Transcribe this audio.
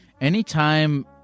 Anytime